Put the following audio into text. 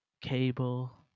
cable